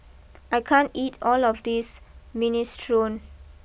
I can't eat all of this Minestrone